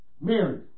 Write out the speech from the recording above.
Mary